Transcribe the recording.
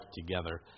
together